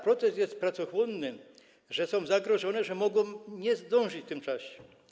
Proces jest tak pracochłonny, że są one zagrożone, że mogą nie zdążyć w tym czasie.